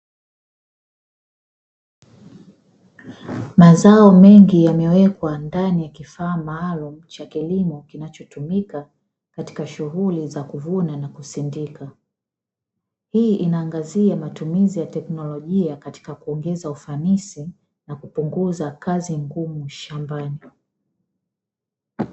Mazao mengi yamewekwa ndani ya kifaa maalumu cha kilimo kinachotumika katika shughuli za kuvuna na kusindika, hii inaangazia matumizi ya teknolojia katika kuongeza ufanisi na kupunguza kazi ngumu shambani